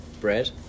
bread